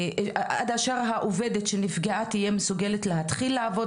אשר העובדת שנפגעה תהיה מסוגלת להתחיל לעבוד